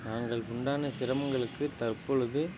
நாங்கள்க்கு உண்டான சிரமங்களுக்கு தற்பொழுது